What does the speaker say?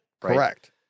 Correct